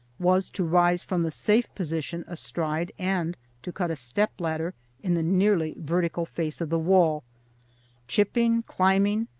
was to rise from the safe position astride and to cut a step-ladder in the nearly vertical face of the wall chipping, climbing,